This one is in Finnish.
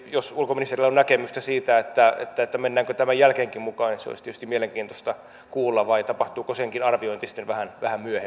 tietysti jos ulkoministerillä on näkemystä siitä mennäänkö tämän jälkeenkin mukaan niin se olisi tietysti mielenkiintoista kuulla vai tapahtuuko senkin arviointi sitten vasta vähän myöhemmin